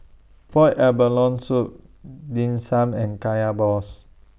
boiled abalone Soup Dim Sum and Kaya Balls